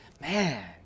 man